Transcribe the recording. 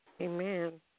Amen